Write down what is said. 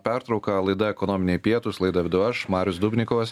pertrauką laida ekonominiai pietūs laidą vedu aš marius dubnikovas